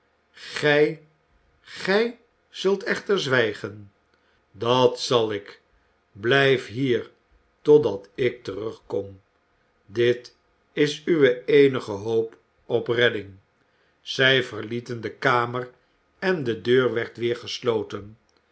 gij gij zult echter zwijgen dat zal ik blijf hier totdat ik terugkom dit is uwe eenige hoop op redding zij verlieten de kamer en de deur werd weer gesloten